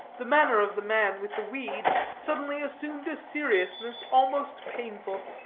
the manner of the man with the weed suddenly assumed a seriousness almost painful.